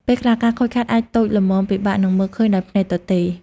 ពេលខ្លះ ការខូចខាតអាចតូចល្មមពិបាកនឹងមើលឃើញដោយភ្នែកទទេ។